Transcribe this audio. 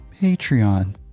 Patreon